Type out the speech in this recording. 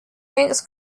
thinks